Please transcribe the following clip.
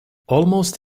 almost